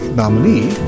nominee